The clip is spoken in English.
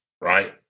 right